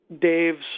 Dave's